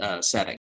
setting